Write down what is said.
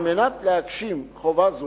על מנת להגשים חובה זו,